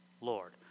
Lord